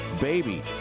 baby